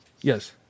Yes